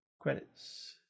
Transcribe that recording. Credits